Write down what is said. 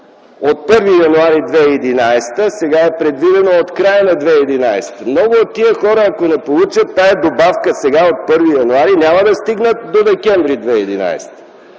от 1 януари 2011 г., сега е предвидена от края на 2011 г. Много от тези хора, ако не получат тази добавка сега - от 1 януари, няма да стигнат до декември 2011